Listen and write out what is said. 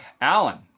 Alan